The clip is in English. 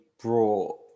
brought